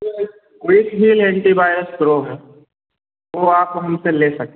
कोई सी भी ले लीजिये वायरस प्रो है वो आप वहीं से ले सक